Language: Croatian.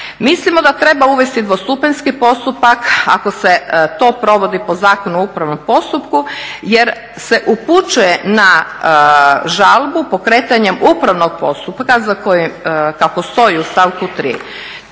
Mislimo da treba uvesti dvostupanjski postupak ako se to provodi po Zakonu o upravnom postupku jer se upućuje na žalbu pokretanjem upravnog postupka kako stoji u stavku 3.